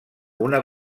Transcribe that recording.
una